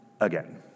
again